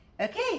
okay